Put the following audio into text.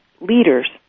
leaders